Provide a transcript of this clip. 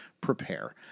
prepare